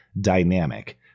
dynamic